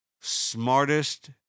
smartest